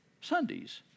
Sunday's